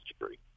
degree